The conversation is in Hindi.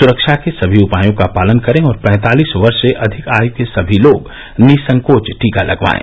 स्रक्षा के सभी उपायों का पालन करें और पैंतालीस वर्ष से अधिक आयु के सभी लोग निःसंकोच टीका लगवाएं